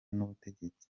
n’ubutegetsi